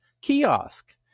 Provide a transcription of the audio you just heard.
kiosk